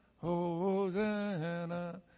Hosanna